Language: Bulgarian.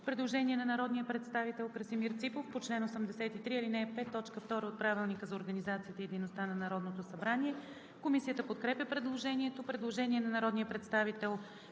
Предложение на народния представител Красимир Ципов по чл. 83, ал. 5, т. 2 от Правилника за организацията и дейността на Народното събрание. Комисията подкрепя предложението. Предложение на народния представител